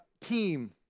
team